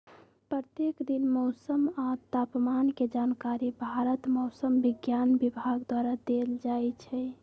प्रत्येक दिन मौसम आ तापमान के जानकारी भारत मौसम विज्ञान विभाग द्वारा देल जाइ छइ